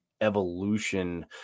evolution